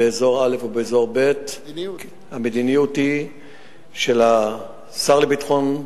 באזור א' או באזור ב' המדיניות היא של שר הביטחון,